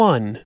One